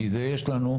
כי את זה יש לנו,